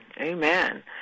amen